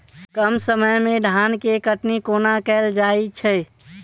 कम समय मे धान केँ कटनी कोना कैल जाय छै?